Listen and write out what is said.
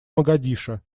могадишо